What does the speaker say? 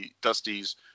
Dusty's